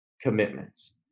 commitments